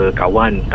kawan